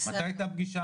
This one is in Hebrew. מתי הייתה פגישה?